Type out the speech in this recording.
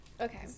Okay